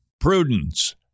prudence